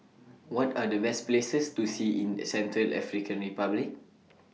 What Are The Best Places to See in Central African Republic